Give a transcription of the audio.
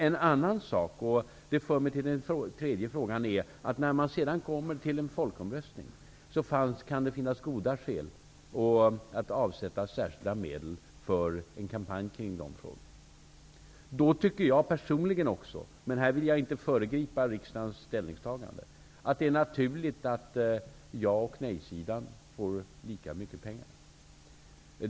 En annan sak är, och det för mig över till den tredje frågan, att när man sedan kommer till en folkomröstning, kan det finnas goda skäl att avsätta särskilda medel för en kampanj kring dessa frågor. Då tycker jag personligen också, men här vill jag inte föregripa riksdagens ställningstagande, att det är naturligt att ja och nej-sidan får lika mycket pengar.